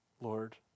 Lord